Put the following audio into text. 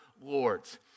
lords